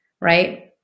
right